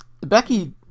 Becky